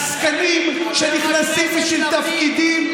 עסקנים שנכנסים בשביל תפקידים,